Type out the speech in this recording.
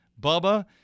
Bubba